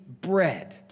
bread